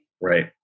right